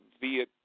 via